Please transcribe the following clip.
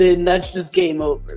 then that's just game over.